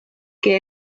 que